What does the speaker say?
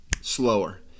slower